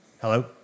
Hello